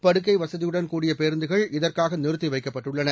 படுக்கை வசதியுடன் கூடிய பேருந்துகள் இதற்காக நிறுத்தி வைக்கப்பட்டுள்ளன